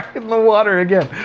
in the water again!